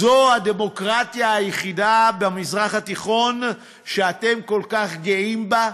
זו הדמוקרטיה היחידה במזרח התיכון שאתם כל כך גאים בה?